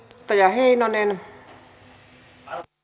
arvoisa